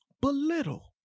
belittle